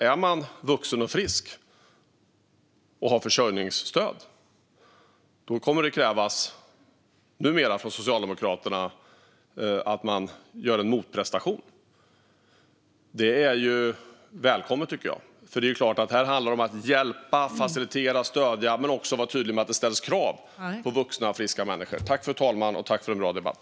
Om man är vuxen, frisk och har försörjningsstöd kommer det numera att krävas från Socialdemokraterna att man gör en motprestation. Det är välkommet, tycker jag, för här handlar det om att hjälpa, facilitera och stödja men också vara tydlig med att det ställs krav på vuxna, friska människor. Tack för en bra debatt!